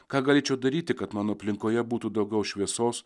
ką galėčiau daryti kad mano aplinkoje būtų daugiau šviesos